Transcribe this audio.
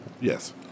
Yes